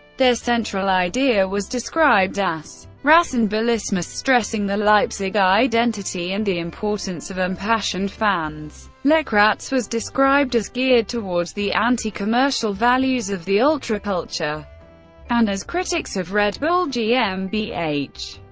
their central idea was described as rasenballismus, stressing the leipzig identity and the importance of impassioned fans. lecrats was described as geared towards the anti-commercial values of the ultra culture and as critics of red bull gmbh.